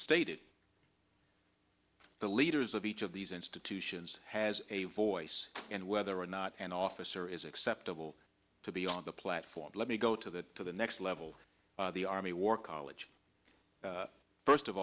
stated the leaders of each of these institutions has a voice and whether or not an officer is acceptable to be on the platform let me go to the to the next level the army war college first of